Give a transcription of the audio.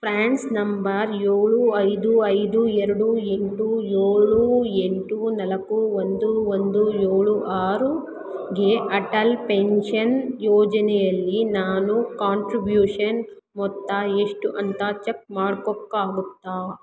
PRANs number ಏಳು ಐದು ಐದು ಎರಡು ಎಂಟು ಏಳು ಎಂಟು ನಾಲ್ಕು ಒಂದು ಒಂದು ಏಳು ಆರುಗೆ ಅಟಲ್ ಪೆನ್ಷನ್ ಯೋಜನೆಯಲ್ಲಿ ನಾನು ಕಾಂಟ್ರಬ್ಯೂಷನ್ ಮೊತ್ತ ಎಷ್ಟು ಅಂತ ಚೆಕ್ ಮಾಡೋಕ್ಕಾಗುತ್ತಾ